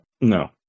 No